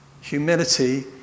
Humility